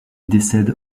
décède